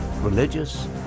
religious